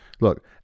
look